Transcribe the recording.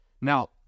Now